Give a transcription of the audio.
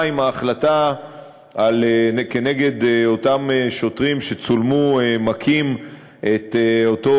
מה עם ההחלטה כנגד אותם שוטרים שצולמו מכים את אותו